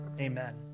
Amen